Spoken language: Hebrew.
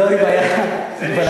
אני בלילה ער.